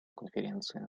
конференции